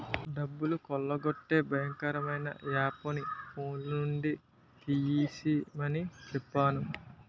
డబ్బులు కొల్లగొట్టే భయంకరమైన యాపుని ఫోన్లో నుండి తీసిమని చెప్పేనా